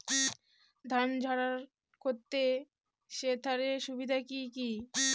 ধান ঝারাই করতে থেসারের সুবিধা কি কি?